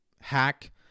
hack